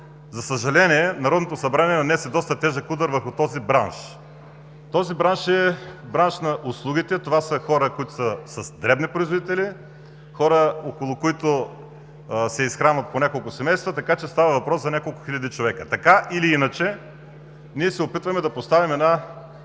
за съжаление, Народното събрание нанесе доста тежък удър върху този бранш. Този бранш е на услугите, това са дребни производители, хора, около които се изхранват по няколко семейства, така че става въпрос за няколко хиляди човека. Така или иначе, ние се опитваме да поставим точка